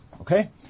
Okay